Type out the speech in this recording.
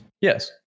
Yes